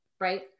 Right